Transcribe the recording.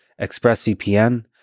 ExpressVPN